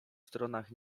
stronach